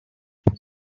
have